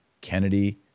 Kennedy